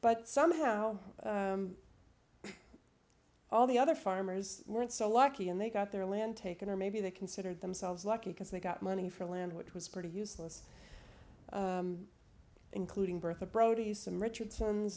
but somehow all the other farmers weren't so lucky and they got their land taken or maybe they considered themselves lucky because they got money for land which was pretty useless including bertha brody's some richardson's